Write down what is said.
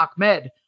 Ahmed